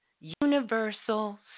universal